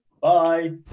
Bye